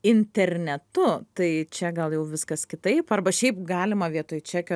internetu tai čia gal jau viskas kitaip arba šiaip galima vietoj čekio